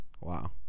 Wow